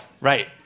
Right